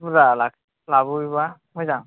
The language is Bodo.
बुरजा लाबोयोबा मोजां